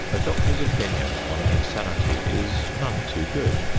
a doctor's opinion on insanity is none too good,